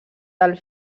del